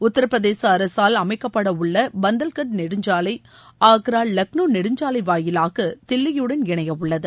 உத்தரப்பிரதேச அரசால் அமைக்கப்பட உள்ள பந்தல்கண்ட் நெடுஞ்சாலை ஆக்ரா லக்னோ நெடுஞ்சாலை வாயிலாக தில்லியுடன் இணைய உள்ளது